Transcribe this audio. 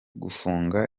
gufunga